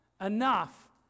enough